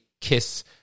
kiss